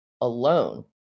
alone